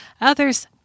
Others